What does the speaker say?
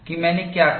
कि मैंने क्या कहा